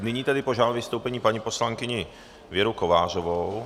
Nyní tedy požádám o vystoupení paní poslankyni Věru Kovářovou.